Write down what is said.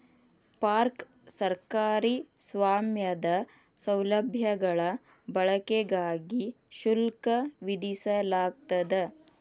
park ಸರ್ಕಾರಿ ಸ್ವಾಮ್ಯದ ಸೌಲಭ್ಯಗಳ ಬಳಕೆಗಾಗಿ ಶುಲ್ಕ ವಿಧಿಸಲಾಗ್ತದ